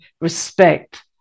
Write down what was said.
respect